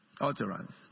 Utterance